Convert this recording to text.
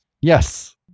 Yes